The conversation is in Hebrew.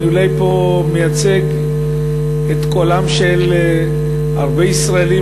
אני אולי מייצג פה את קולם של הרבה ישראלים